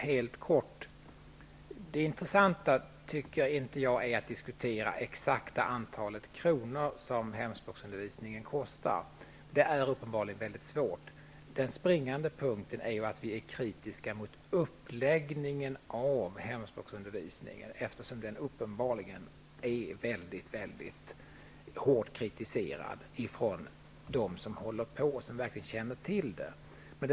Fru talman! Det intressanta är inte att diskutera det exakta antalet kronor som hemspråksundervisningen kostar, därför att det är uppenbarligen mycket svårt. Den springande punkten är att vi är kritiska mot uppläggningen av hemspråksundervisningen, eftersom den kritiseras väldigt hårt av dem som håller på med den och verkligen känner till den.